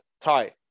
tie